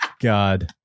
God